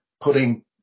putting